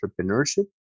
entrepreneurship